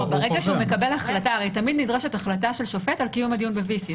תמיד נדרשת החלטה של שופט על קיום הדיון ב-VC.